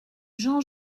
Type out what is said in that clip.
jean